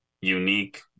unique